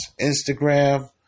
Instagram